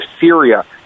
Syria